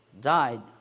died